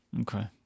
Okay